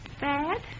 bad